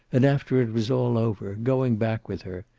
and after it was all over, going back with her,